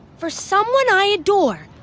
for someone i adore,